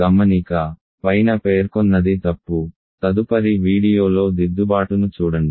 గమనిక పైన పేర్కొన్నది తప్పు తదుపరి వీడియోలో దిద్దుబాటును చూడండి